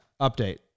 Update